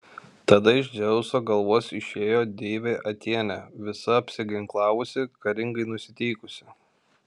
tada iš dzeuso galvos išėjo deivė atėnė visa apsiginklavusi karingai nusiteikusi